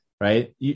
right